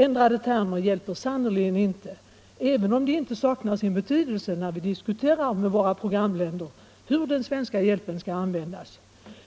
Ändrade termer hjälper sannerligen inte, även om de inte saknar betydelse när vi diskuterar med våra programländer hur den svenska hjälpen skall användas.